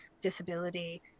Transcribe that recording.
disability